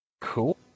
Cool